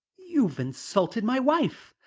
you've insulted my wife.